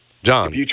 John